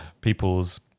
people's